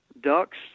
ducks